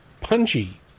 Punchy